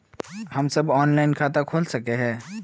हम सब ऑनलाइन खाता खोल सके है?